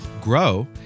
grow